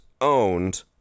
owned